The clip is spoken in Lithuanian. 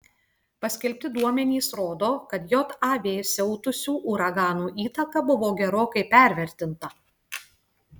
paskelbti duomenys rodo kad jav siautusių uraganų įtaka buvo gerokai pervertinta